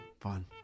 Fun